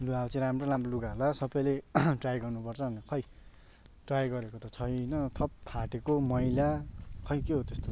लु अब चाहिँ राम्रो राम्रो लुगा हाल सबैले ट्राई गर्नुपर्छ भनेर खै ट्राई गरेको त छैन सब फाटेको मैला खोइ के हो त्यस्तो